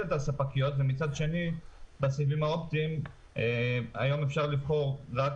הספקיות ומצד שני בסיבים האופטיים היום אפשר לבחור רק